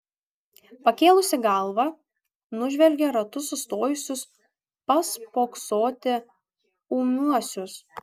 pakėlusi galvą nužvelgia ratu sustojusius paspoksoti ūmiuosius